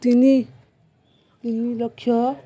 ତିନି ତିନି ଲକ୍ଷ